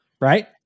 right